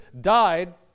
died